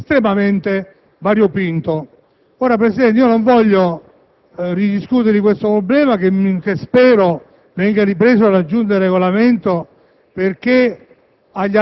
estremamente variopinto. Signor Presidente, non voglio ridiscutere ora di questo problema, che spero venga ripreso dalla Giunta per il Regolamento, perché